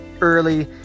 early